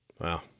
Wow